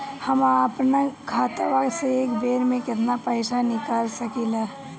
हम आपन खतवा से एक बेर मे केतना पईसा निकाल सकिला?